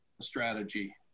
strategy